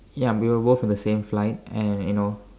ya we were both in the same flight and you know